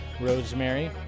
Rosemary